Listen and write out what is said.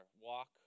walk